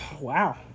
wow